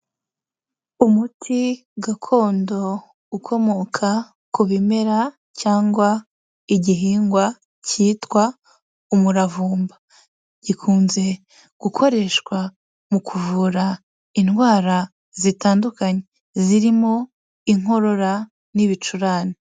Umuti gakondo ukomoka ku bimera cyangwa igihingwa cyitwa umuravumba, gikunze gukoreshwa mu kuvura indwara zitandukanye zirimo inkorora n'ibicurane.